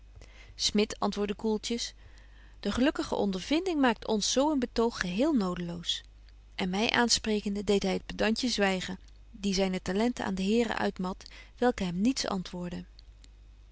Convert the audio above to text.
smit antwoordde koeltjes de gelukkige ondervinding maakt ons zo een betoog geheel nodeloos en my aansprekende deedt hy het pedantje zwygen die zyne talenten aan de heren uitmat welken hem niets